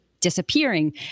disappearing